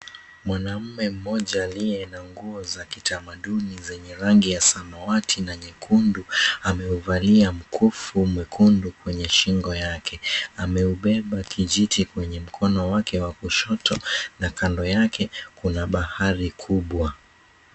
Mwanaume mmoja aliye na nguo za kitamaduni zenye rangi ya samawati na nyekundu ameuvalia mkufu mwekundu kwenye shingo yake. Ameubeba kijiti kwenye mkono wake wa kushoto na kando yake kuna bahari kubwa.